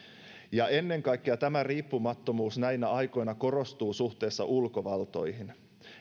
ja ennen kaikkea tämä riippumattomuus näinä aikoina korostuu suhteessa ulkovaltoihin